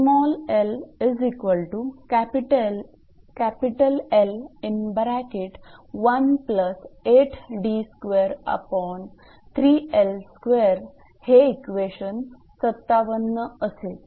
हे इक्वेशन 57 असेल